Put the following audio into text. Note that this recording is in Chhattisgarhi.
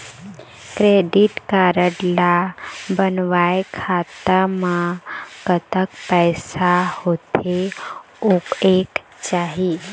क्रेडिट कारड ला बनवाए खाता मा कतक पैसा होथे होएक चाही?